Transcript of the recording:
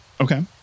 Okay